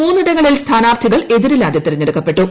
മൂന്നിടങ്ങളിൽ സ്ഥാനാർത്ഥികൾ എതിരില്ലാതെ തെരഞ്ഞെടുപ്പെട്ടു